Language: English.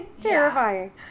terrifying